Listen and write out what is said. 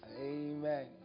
Amen